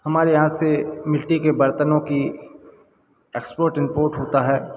हमारे यहाँ से मिट्टी के बर्तनों की एक्पोर्ट इम्पोर्ट होता है